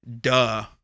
Duh